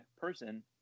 Person